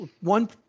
one